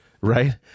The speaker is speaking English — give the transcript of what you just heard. right